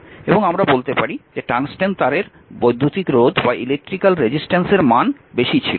এবং আমরা বলতে পারি যে টংস্টেন তারের বৈদ্যুতিক রোধের মান বেশি ছিল